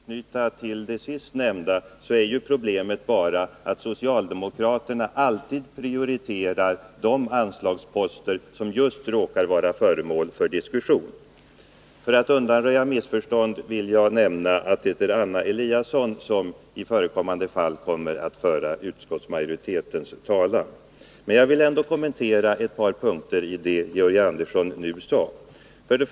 Herr talman! Jag vill anknyta till det sist nämnda och säga att problemet bara är detta att socialdemokraterna alltid prioriterar de anslagsposter som just råkar vara föremål för diskussion. För att undanröja missförstånd vill jag nämna att det är Anna Eliasson som i förekommande fall kommer att föra utskottsmajoritetens talan. Jag vill ändå kommentera ett par punkter i det som Georg Andersson nu har sagt.